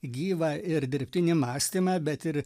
gyvą ir dirbtinį mąstymą bet ir